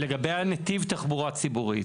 דרור בוימל לגבי הנתיב תחבורה ציבורית.